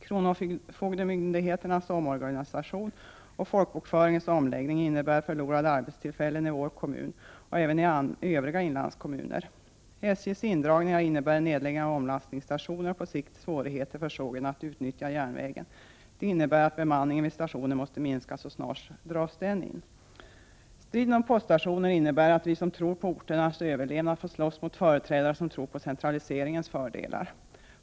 Kronofogdemyndigheternas omorganisation och folkbokföringens omläggning innebär förlorade arbetstillfällen i vår kommun och även i övriga inlandskommuner. SJ:s indragningar innebär nedläggning av omlastningsstationer och på sikt svårigheter för sågen att utnyttja järnvägen. Det innebär att bemanningen vid stationen måste minskas, och snart dras den in. Striden om poststationer innebär att vi som tror på orternas överlevnad får slåss mot företrädare som tror på centraliseringens fördelar.